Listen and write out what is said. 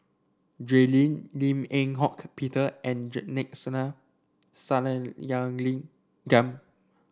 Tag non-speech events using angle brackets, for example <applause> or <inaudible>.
Jay Lim Lim Eng Hock Peter and <unintelligible> Sathyalingam